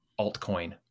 altcoin